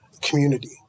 community